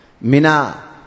Mina